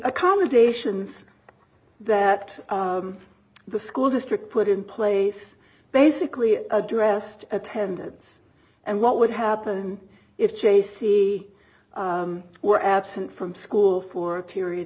accommodations that the school district put in place basically addressed attendance and what would happen if chase c were absent from school for a period